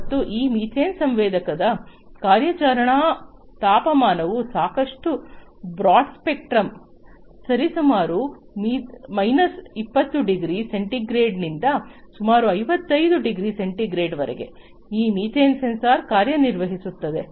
ಮತ್ತು ಈ ಮೀಥೇನ್ ಸಂವೇದಕದ ಕಾರ್ಯಾಚರಣಾ ತಾಪಮಾನವು ಸಾಕಷ್ಟು ಬ್ರಾಡ್ ಸ್ಪೆಕ್ಟ್ರಮ್ ಸರಿಸುಮಾರು ಮೈನಸ್ 20 ಡಿಗ್ರಿ ಸೆಂಟಿಗ್ರೇಡ್ನಿಂದ ಸುಮಾರು 55 ಡಿಗ್ರಿ ಸೆಂಟಿಗ್ರೇಡ್ ವರೆಗೆ ಈ ಮೀಥೇನ್ ಸೆನ್ಸಾರ್ ಕಾರ್ಯನಿರ್ವಹಿಸುತ್ತದೆ